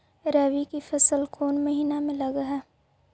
रबी की फसल कोन महिना में लग है?